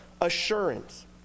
assurance